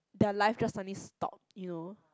their life just suddenly stop you know